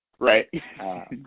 Right